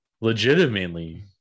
legitimately